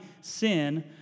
sin